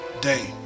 day